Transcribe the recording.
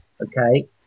okay